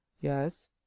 Yes